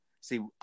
See